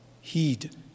Heed